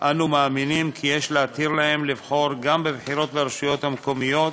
אנו מאמינים כי יש להתיר להם לבחור גם בבחירות לרשויות המקומיות,